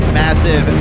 massive